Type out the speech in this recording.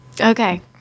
Okay